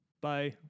Bye